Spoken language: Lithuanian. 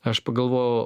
aš pagalvojau